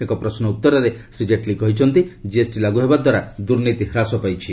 ଏକ ପ୍ରଶ୍ନର ଉତ୍ତରରେ ଶ୍ରୀ କେଟ୍ଲୀ କହିଛନ୍ତି କିଏସ୍ଟି ଲାଗୁ ହେବାଦ୍ୱାରା ଦୁର୍ନୀତି ହ୍ରାସ ପାଇଛି